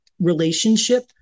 relationship